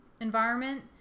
environment